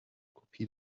kopie